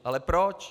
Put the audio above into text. Ale proč?